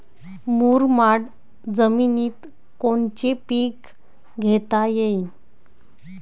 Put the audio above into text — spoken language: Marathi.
मुरमाड जमिनीत कोनचे पीकं घेता येईन?